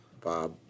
Bob